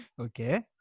Okay